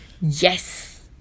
Yes